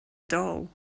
doll